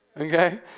Okay